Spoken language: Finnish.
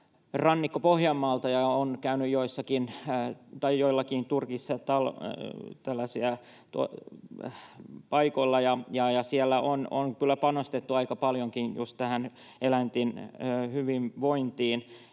Rannikko-Pohjanmaalta, ja olen käynyt joillakin turkistarhoilla. Siellä on kyllä panostettu aika paljonkin just eläinten hyvinvointiin,